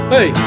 Hey